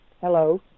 Hello